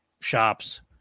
shops